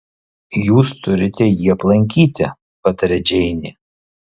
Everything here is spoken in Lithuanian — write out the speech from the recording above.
jūs turite jį aplankyti pataria džeinė